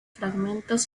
fragmentos